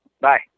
Bye